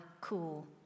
cool